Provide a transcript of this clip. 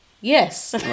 Yes